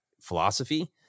philosophy